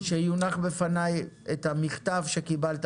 -- שיונח בפני המכתב שקיבלת.